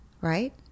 right